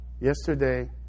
yesterday